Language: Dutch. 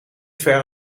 ver